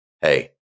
Hey